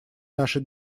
нашей